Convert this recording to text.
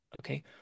Okay